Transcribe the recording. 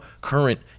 current